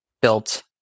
built